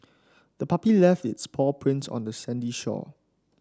the puppy left its paw prints on the sandy shore